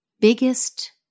biggest